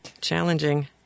Challenging